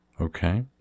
Okay